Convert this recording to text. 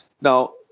Now